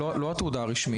לא התעודה הרשמית.